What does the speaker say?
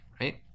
right